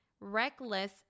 reckless